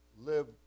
live